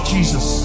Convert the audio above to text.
Jesus